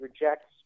rejects